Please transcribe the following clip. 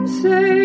say